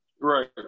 Right